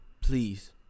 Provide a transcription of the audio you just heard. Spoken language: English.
Please